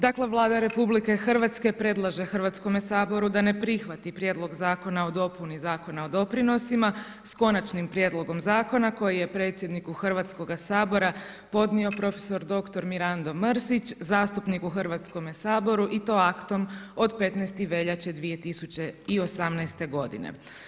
Dakle Vlada RH predlaže Hrvatskome saboru da ne prihvati Prijedlog zakona o dopuni Zakona o doprinosima s konačnim prijedlogom zakona koji je Predsjedniku Hrvatskoga sabora podnio profesor doktor Mirando Mrsić, zastupnik u Hrvatskome saboru i to aktom od 15. veljače 2018. godine.